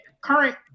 current